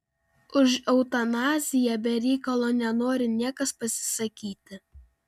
už eutanaziją be reikalo nenori niekas pasisakyti